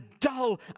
dull